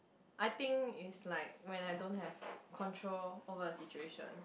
I think it's like when I don't have control over a situation